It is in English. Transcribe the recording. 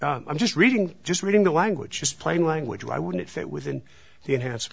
i'm just reading just reading the language just plain language why wouldn't fit within the enhanced